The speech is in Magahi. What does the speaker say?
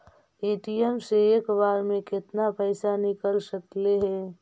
ए.टी.एम से एक बार मे केतना पैसा निकल सकले हे?